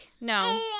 no